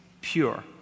pure